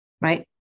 right